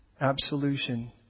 absolution